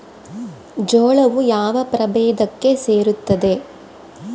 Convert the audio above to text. ಜೋಳವು ಯಾವ ಪ್ರಭೇದಕ್ಕೆ ಸೇರುತ್ತದೆ?